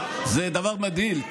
זה דבר מדהים.